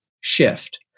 shift